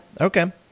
Okay